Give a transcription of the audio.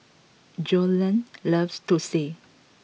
Joellen loves Thosai